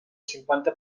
cinquanta